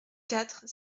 quatre